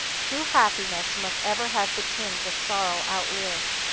true happiness must ever have the tinge of sorrow outlived,